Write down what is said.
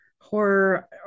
horror